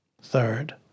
Third